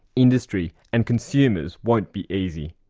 industry and consumers won't be easy.